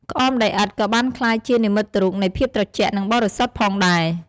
ក្អមដីឥដ្ឋក៏បានក្លាយជានិមិត្តរូបនៃភាពត្រជាក់ និងបរិសុទ្ធផងដែរ។